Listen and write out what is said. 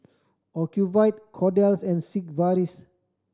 Ocuvite Kordel's and Sigvaris